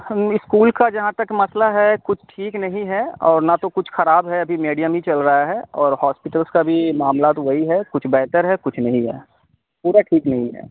school کا جہاں تک مسئلہ ہے کچھ ٹھیک نہیں ہے اور نہ تو کچھ خراب ہے ابھی میڈیم ہی چل رہا ہے اور ہاسپیٹلس کا بھی معاملہات وہی ہے کچھ بہتر ہے کچھ نہیں ہے پورا ٹھیک نہیں ہے